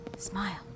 Smile